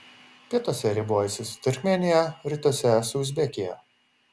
pietuose ribojasi su turkmėnija rytuose su uzbekija